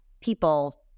people